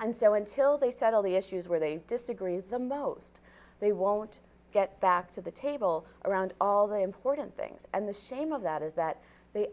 and so until they settle the issues where they disagree the most they won't get back to the table around all the important things and the shame of that is that they